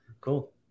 Cool